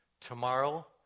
Tomorrow